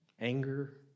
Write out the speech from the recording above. anger